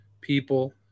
people